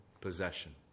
possession